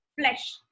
flesh